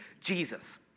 Jesus